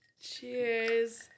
cheers